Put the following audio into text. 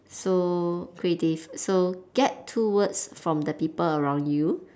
so creative so get two words from the people around you